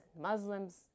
Muslims